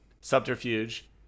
Subterfuge